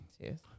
Cheers